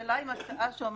השאלה היא אם ההצעה שעומדת